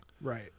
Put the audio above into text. Right